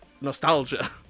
nostalgia